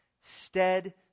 stead